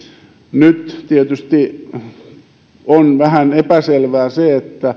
nyt tietysti on vähän epäselvää se